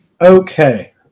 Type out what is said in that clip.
Okay